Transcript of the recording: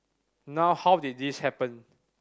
now how did this happen